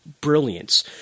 brilliance